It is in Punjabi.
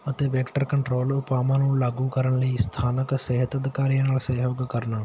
ਅਤੇ ਵੈਕਟਰ ਕੰਟਰੋਲ ਉਪਾਵਾਂ ਨੂੰ ਲਾਗੂ ਕਰਨ ਲਈ ਸਥਾਨਕ ਸਿਹਤ ਅਧਿਕਾਰੀਆਂ ਨਾਲ ਸਹਿਯੋਗ ਕਰਨਾ